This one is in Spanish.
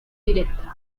directa